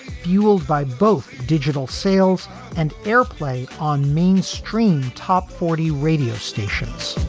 fueled by both digital sales and airplay on mainstream top forty radio stations